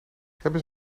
hebben